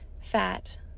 fat